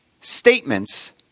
statements